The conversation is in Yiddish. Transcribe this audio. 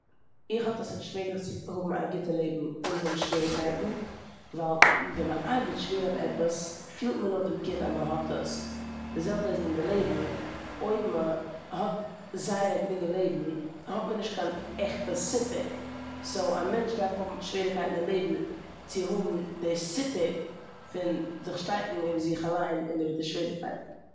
איך האלט אז ס'איז נישט מעגליך צו האבן א גוטע לעבן אן האבן שוועריגקייטן ווייל ווען מ'ארבעט שווער אויף עפעס פילט מען נאכדעם גוט אז מ'האט עס. די זעלבע איז אין די לעבן. אויב מ'האט זייער א גרינגע לעבן האט מען נישט קיין עכטע סיפוק. סאו א מענטש דארף האבן שוועריגקייטן אין לעבן צו האבן די סיפוק פון זיך שטארקן איבער זיך אליינס און איבער די שוועריגקייטן.